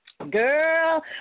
girl